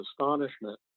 astonishment